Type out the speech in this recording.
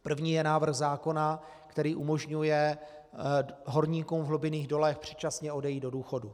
První je návrh zákona, který umožňuje horníkům v hlubinných dolech předčasně odejít do důchodu.